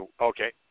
Okay